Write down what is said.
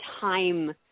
time